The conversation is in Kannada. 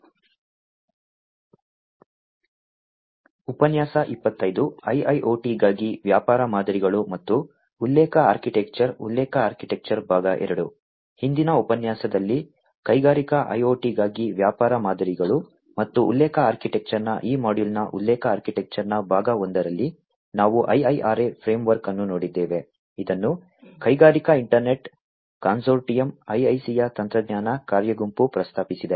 ಹಿಂದಿನ ಉಪನ್ಯಾಸದಲ್ಲಿ ಕೈಗಾರಿಕಾ IoT ಗಾಗಿ ವ್ಯಾಪಾರ ಮಾದರಿಗಳು ಮತ್ತು ಉಲ್ಲೇಖ ಆರ್ಕಿಟೆಕ್ಚರ್ನ ಈ ಮಾಡ್ಯೂಲ್ನ ಉಲ್ಲೇಖ ಆರ್ಕಿಟೆಕ್ಚರ್ನ ಭಾಗ ಒಂದರಲ್ಲಿ ನಾವು IIRA ಫ್ರೇಮ್ವರ್ಕ್ ಅನ್ನು ನೋಡಿದ್ದೇವೆ ಇದನ್ನು ಕೈಗಾರಿಕಾ ಇಂಟರ್ನೆಟ್ ಕನ್ಸೋರ್ಟಿಯಂ IIC ಯ ತಂತ್ರಜ್ಞಾನ ಕಾರ್ಯ ಗುಂಪು ಪ್ರಸ್ತಾಪಿಸಿದೆ